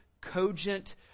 cogent